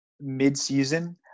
mid-season